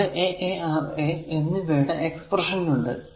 ഇവിടെ a a R a എന്നിവയുടെ expression ഉണ്ട്